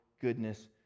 goodness